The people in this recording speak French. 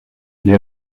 les